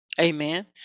Amen